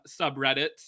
subreddits